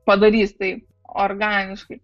padarys tai organiškai